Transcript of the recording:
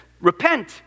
repent